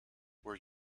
were